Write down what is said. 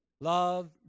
love